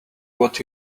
what